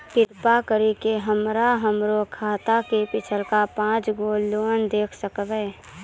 कृपा करि के हमरा हमरो खाता के पिछलका पांच गो लेन देन देखाबो